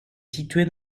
située